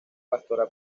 pastora